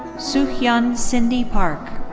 soo hyun cindy park.